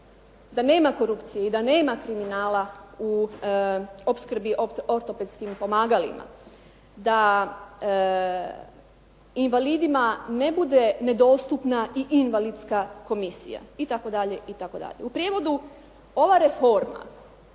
Da nema korupcije i da nema kriminala u opskrbi ortopedskim pomagalima, da invalidima ne bude nedostupna i invalidska komisija itd. U prijevodu ova reforma